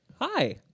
Hi